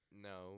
No